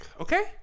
Okay